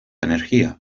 energía